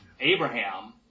Abraham